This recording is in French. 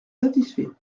satisfait